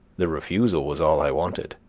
the refusal was all i wanted